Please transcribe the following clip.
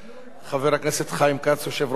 יושב-ראש ועדת העבודה,